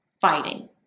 fighting